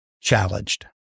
challenged